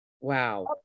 Wow